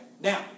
Now